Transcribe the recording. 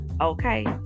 okay